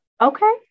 okay